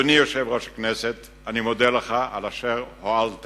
אדוני יושב-ראש הכנסת, אני מודה לך על אשר הואלת